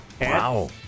Wow